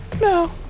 No